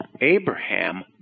Abraham